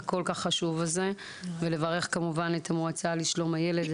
הכול כך חשוב הזה ולברך כמובן את המועצה לשלום הילד,